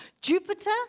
Jupiter